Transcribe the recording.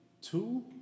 two